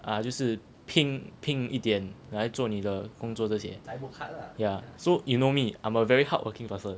啊就是拼拼一点来做你的工作这些 yeah so you know me I'm a very hardworking person